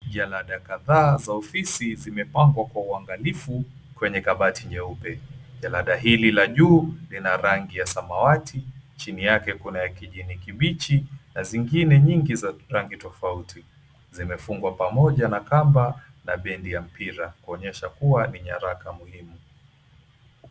Jalada kadhaa za ofisi zimepambwa kwa uangalifu kwenye kabati nyeupe. Jalada hili la juu lina rangi ya samawati chini yake kuna kijani kibichi na zingine nyingi za rangi tofauti. Zimefungwa pamoja na kamba na bendi ya mpira kuonyesha kuwa ni nyaraka muhimu.